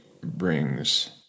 brings